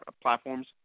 platforms